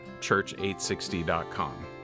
church860.com